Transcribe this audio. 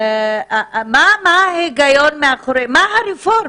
מה ההיגיון מאחורי מה הרפורמה?